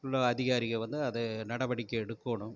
உள்ள அதிகாரிகள் வந்து அதை நடவடிக்கை எடுக்கணும்